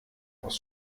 aus